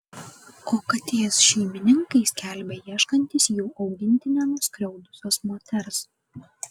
o katės šeimininkai skelbia ieškantys jų augintinę nuskriaudusios moters